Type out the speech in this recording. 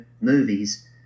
Movies